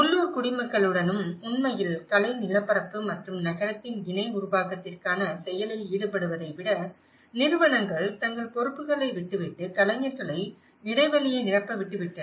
உள்ளூர் குடிமக்களுடனும் உண்மையில் கலை நிலப்பரப்பு மற்றும் நகரத்தின் இணை உருவாக்கத்திற்கான செயலில் ஈடுபடுவதை விட நிறுவனங்கள் தங்கள் பொறுப்புகளை விட்டுவிட்டு கலைஞர்களை இடைவெளியை நிரப்ப விட்டுவிட்டன